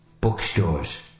Bookstores